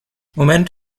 moment